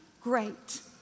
great